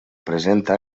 presenta